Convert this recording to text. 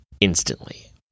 instantly